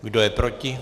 Kdo je proti?